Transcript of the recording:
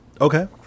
okay